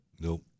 Nope